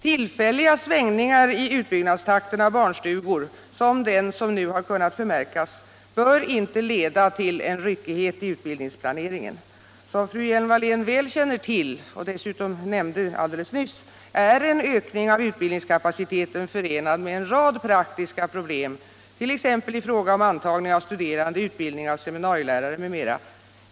Tillfälliga svängningar i utbyggnadstakten för barnstugor — som den som nu kunnat förmärkas — bör inte leda till en ryckighet i utbildningsplaneringen. Som fru Hjelm-Wallén nämnde alldeles nyss är en ökning av utbildningskapaciteten förenad med en rad praktiska problem, 1. ex. i fråga om antagning av studerande, utbildning av seminarielärare m.m.